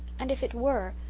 and if it were,